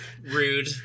Rude